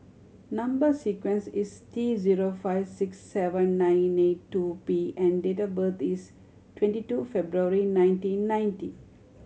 number sequence is T zero five six seven nine eight two P and date of birth is twenty two February nineteen ninety